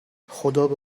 خدابه